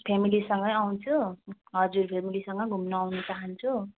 फेमिलीसँगै आउँछु हजुर फेमिलीसँगै घुम्नु आउनु चाहन्छु